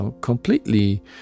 completely